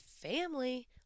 family